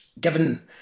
given